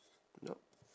nope